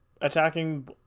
attacking